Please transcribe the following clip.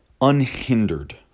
unhindered